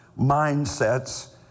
mindsets